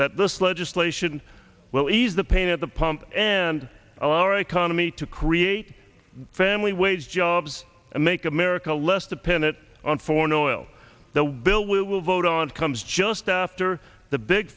that this legislation will ease the pain at the pump and allow our economy to create family wage jobs and make america less dependent on foreign oil the bill we will vote on comes just after the big